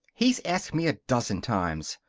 he's asked me a dozen times.